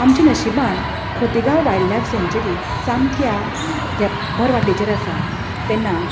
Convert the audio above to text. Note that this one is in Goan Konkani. आमचे नशिबान खोतीगांव वायल्ड लायफ सेंचुरी सामक्या धेप भर वाटेचेर आसा तेन्ना